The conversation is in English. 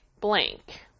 blank